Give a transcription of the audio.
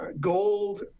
gold